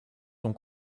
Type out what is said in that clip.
sont